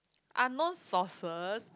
unknown sauces